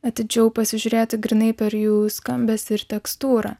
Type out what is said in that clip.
atidžiau pasižiūrėti grynai per jų skambesį ir tekstūrą